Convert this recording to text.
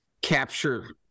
capture